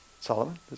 Solomon